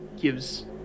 gives